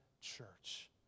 church